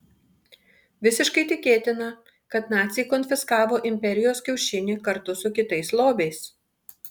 visiškai tikėtina kad naciai konfiskavo imperijos kiaušinį kartu su kitais lobiais